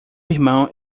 irmão